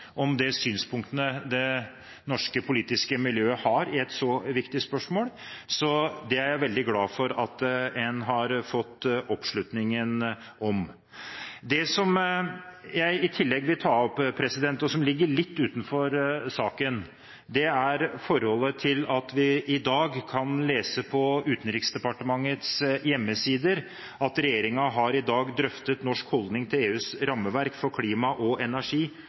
om de synspunktene som det norske politiske miljøet har i et så viktig spørsmål, så det er jeg veldig glad for at en har fått oppslutning om. Det som jeg i tillegg vil ta opp, og som ligger litt utenfor saken, er det at vi kan lese på Utenriksdepartementets hjemmesider at regjeringen i dag har drøftet norsk holdning til EUs rammeverk for klima og energi